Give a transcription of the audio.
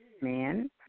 Man